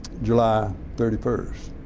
july thirty first